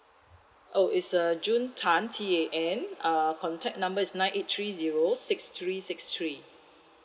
oh is uh june tan T A N uh contact number is nine eight three zero six three six three